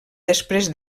després